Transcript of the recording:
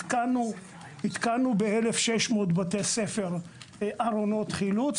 התקנו ב-1,600 בתי ספר ארונות חילוץ,